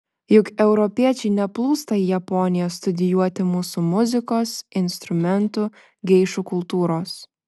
juk europiečiai neplūsta į japoniją studijuoti mūsų muzikos instrumentų geišų kultūros